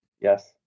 Yes